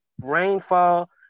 rainfall